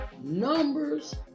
Numbers